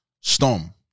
Storm